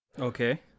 Okay